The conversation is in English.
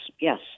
yes